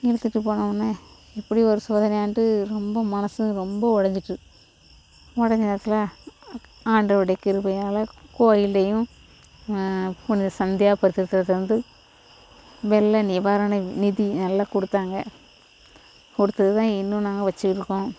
இழுத்துட்டு போனவோன்னே இப்படி ஒரு சோதனையான்டு ரொம்ப மனது ரொம்ப உடைஞ்சிட்டு உடஞ்ச நேரத்தில் ஆண்டவருடைய கிருபையால் கோவிலையும் கொஞ்சம் சந்தியாப்பர்டேருந்து வெள்ள நிவாரண நிதி நல்ல கொடுத்தாங்க கொடுத்தது தான் இன்னும் நாங்கள் வெச்சுருக்கோம்